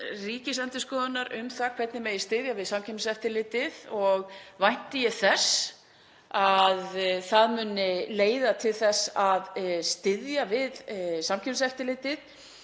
Ríkisendurskoðunar um það hvernig megi styðja við Samkeppniseftirlitið og vænti ég þess að það muni leiða til þess að styðja við Samkeppniseftirlitið.